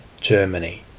Germany